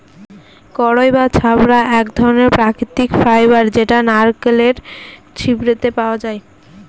কইর বা ছবড়া এক ধরনের প্রাকৃতিক ফাইবার যেটা নারকেলের ছিবড়েতে পাওয়া যায়